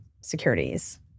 Securities